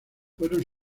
fueron